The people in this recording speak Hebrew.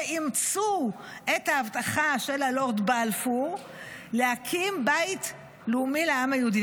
שאימצו את ההבטחה של הלורד בלפור להקים בית לאומי לעם היהודי.